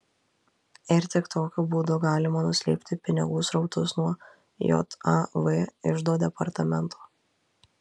ir tik tokiu būdu galima nuslėpti pinigų srautus nuo jav iždo departamento